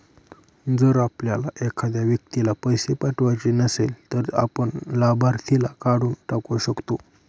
जर आपल्याला एखाद्या व्यक्तीला पैसे पाठवायचे नसेल, तर आपण लाभार्थीला काढून टाकू शकतो